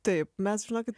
taip mes žinokit